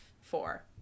four